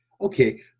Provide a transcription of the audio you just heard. Okay